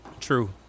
true